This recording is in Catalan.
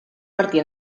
martí